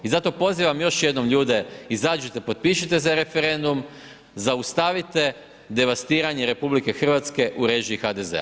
I zato pozivam još jednom ljude, izađite, potpišite za referendum, zaustavite devastiranje RH, u režiji HDZ-a.